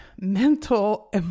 mental